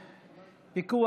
בארץ.